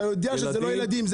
אתה יודע שזה לא ילדים.